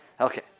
Okay